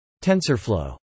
TensorFlow